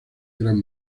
gran